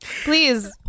Please